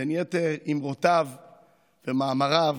בין יתר אמרותיו ומאמריו,